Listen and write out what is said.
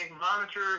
monitor